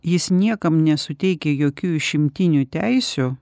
jis niekam nesuteikia jokių išimtinių teisių